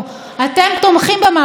אתם תומכים במהפכה הזאת,